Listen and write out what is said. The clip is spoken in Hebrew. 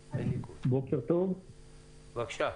מי-פז, בבקשה.